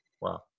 Wow